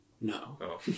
No